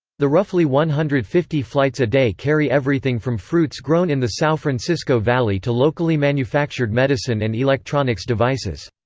the roughly one hundred and fifty flights a day carry everything from fruits grown in the sao francisco valley to locally manufactured medicine and electronics devices.